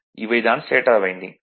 இவை தான் stator winding